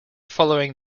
following